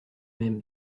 même